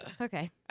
Okay